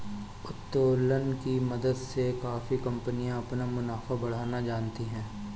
उत्तोलन की मदद से काफी कंपनियां अपना मुनाफा बढ़ाना जानती हैं